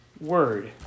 word